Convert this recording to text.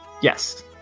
Yes